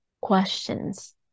questions